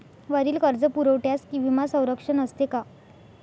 वरील कर्जपुरवठ्यास विमा संरक्षण असते का?